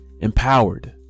empowered